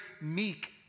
meek